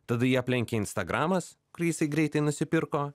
tada jį aplenkė instagramas kurį jisai greitai nusipirko